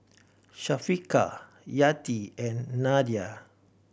Syafiqah Yati and Nadia